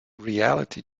reality